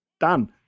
done